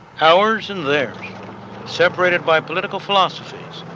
ours and theirs separated by political philosophies,